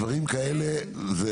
דברים כאלה זה